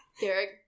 Derek